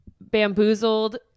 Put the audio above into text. bamboozled